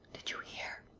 did you hear?